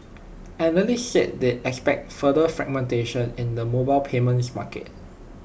analysts said they expect further fragmentation in the mobile payments market